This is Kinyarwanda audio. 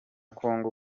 congo